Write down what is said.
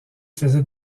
faisait